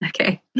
Okay